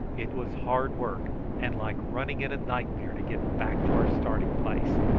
it was hard work and like running in a nightmare to get back to our starting-place,